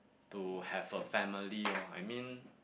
to have a family lor I mean